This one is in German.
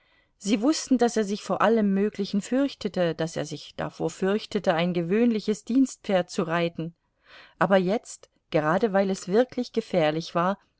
sie wußten daß er sich vor allem möglichen fürchtete daß er sich davor fürchtete ein gewöhnliches dienstpferd zu reiten aber jetzt gerade weil es wirklich gefährlich war